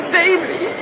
baby